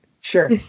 Sure